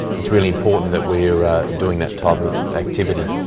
it's really important that we're doing that type of activity.